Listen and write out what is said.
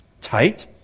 Tight